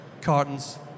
cartons